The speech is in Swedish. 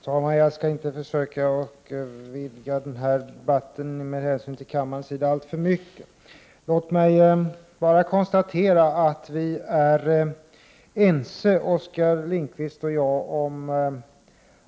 Herr talman! Jag skall av hänsyn till kammaren försöka att inte vidga den här debatten alltför mycket. Låt mig bara konstatera att Oskar Lindkvist och jag är ense om